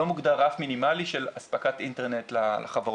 לא מוגדר רף מינימלי של אספקת אינטרנט לחברות,